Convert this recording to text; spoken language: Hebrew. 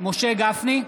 משה גפני,